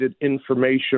information